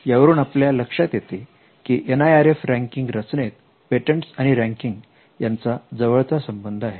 यावरून आपल्या लक्षात येते की NIRF रँकिंग रचनेत पेटंटस आणि रँकिंग यांचा जवळचा संबंध आहे